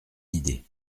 idée